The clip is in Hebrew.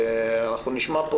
אנחנו נשמע פה